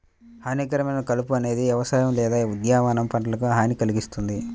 హానికరమైన కలుపు అనేది వ్యవసాయ లేదా ఉద్యానవన పంటలకు హాని కల్గిస్తుంది